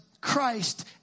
Christ